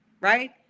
right